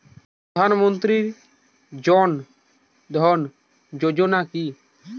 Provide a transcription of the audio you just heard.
প্রধান মন্ত্রী জন ধন যোজনা কি?